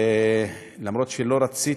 ואףעל-פי שלא רציתי,